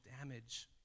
damage